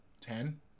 ten